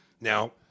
Now